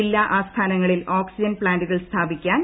ജില്ലാ ആസ്ഥാനങ്ങളിൽ ഓക്സിജൻ പ്ലാന്റുകൾ സ്ഥാപിക്കാൻ പി